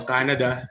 Canada